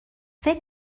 فکر